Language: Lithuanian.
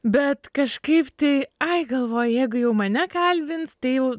bet kažkaip tai ai galvoju jeigu jau mane kalbins tai jau